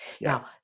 Now